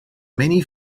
many